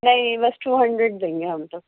نہیں نہیں بس ٹو ہنڈریڈ دیں گے ہم تو